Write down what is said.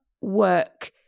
work